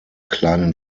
kleinen